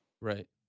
Right